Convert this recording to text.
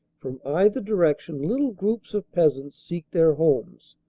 from either direction little groups of peasants seek their homes,